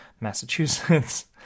Massachusetts